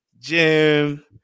gym